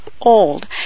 old